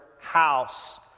house